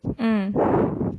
mm